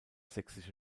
sächsische